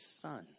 son